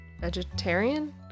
Vegetarian